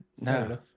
No